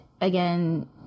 again